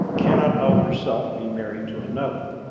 cannot of herself be married to another,